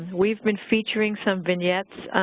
we've been featuring some vignettes